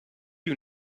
you